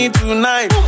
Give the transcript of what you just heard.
tonight